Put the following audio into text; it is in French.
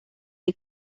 est